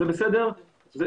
אם